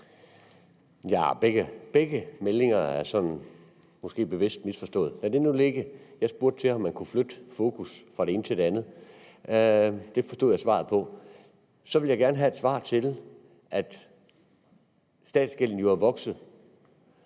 Begge meldinger er – måske sådan bevidst – misforstået. Lad det nu ligge. Jeg spurgte til, om man kunne flytte fokus fra det ene til det andet. Det forstod jeg svaret på. Så vil jeg gerne have et reaktion på, at statsgælden jo er vokset.